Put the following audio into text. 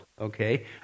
okay